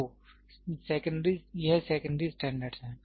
तो यह secondary standard है